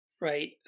right